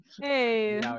Hey